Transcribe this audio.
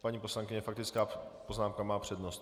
Paní poslankyně, faktická poznámka má přednost.